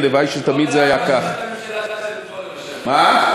הלוואי שתמיד זה היה כך.